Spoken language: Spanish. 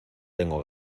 tengo